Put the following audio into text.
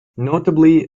notably